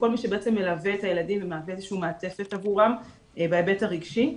כל מי שבעצם מלווה את הילדים ומהווה איזושהי מעטפת עבורם בהיבט הרגשי.